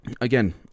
again